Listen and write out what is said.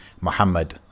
Muhammad